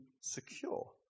secure